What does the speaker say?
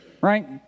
right